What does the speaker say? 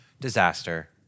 disaster